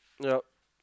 yup